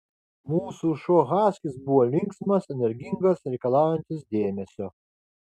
mūsų šuo haskis buvo linksmas energingas reikalaujantis dėmesio